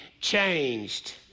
changed